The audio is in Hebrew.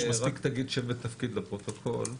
רק תגיד שם ותפקיד לפרוטוקול.